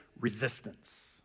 resistance